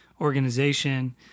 organization